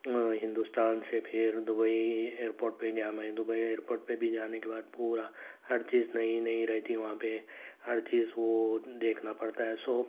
ہندوستان سے پھر Dubai airport پہ گیا میں دُبئی ایئر پورٹ پہ بھی جانے کے بعد پورا ہر چیز نئی نئی رہتی وہاں پہ ہر چیز وہ دیکھنا پڑتا ہے سو